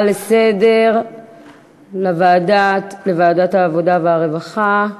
לסדר-היום לוועדת העבודה והרווחה.